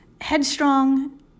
Headstrong